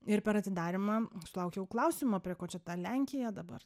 ir per atidarymą sulaukiau klausimo prie ko čia ta lenkija dabar